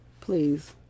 Please